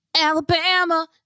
alabama